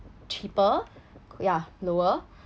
cheaper yeah lower